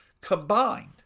combined